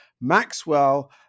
Maxwell